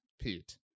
Pete